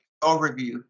overview